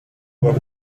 were